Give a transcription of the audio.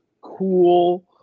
Cool